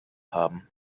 haben